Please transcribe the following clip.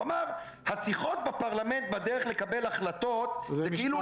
הוא אמר: השיחות בפרלמנט בדרך לקבל החלטות כאילו